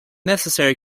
necessary